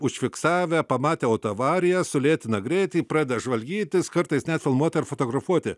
užfiksavę pamatę autoavariją sulėtina greitį pradeda žvalgytis kartais net filmuoti ar fotografuoti